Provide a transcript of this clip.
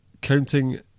Counting